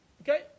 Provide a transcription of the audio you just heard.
Okay